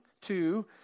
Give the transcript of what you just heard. Two